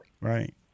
Right